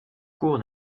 cours